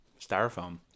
styrofoam